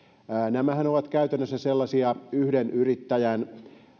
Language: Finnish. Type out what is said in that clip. nämähän ovat käytännössä sellaisia yhden yrittäjän